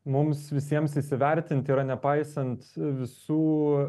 mums visiems įsivertinti yra nepaisant visų